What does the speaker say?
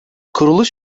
kuruluş